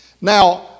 Now